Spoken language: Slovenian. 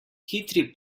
hitri